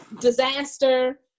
disaster